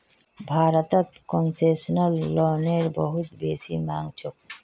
भारतत कोन्सेसनल लोनेर बहुत बेसी मांग छोक